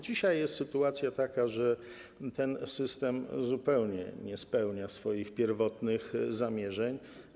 Dzisiaj jest sytuacja taka, że ten system zupełnie nie spełnia swoich pierwotnych zamierzeń.